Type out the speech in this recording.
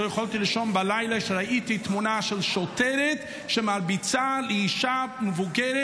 לא יכולתי לישון בלילה כשראיתי תמונה של שוטרת שמרביצה לאישה מבוגרת.